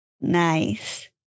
Nice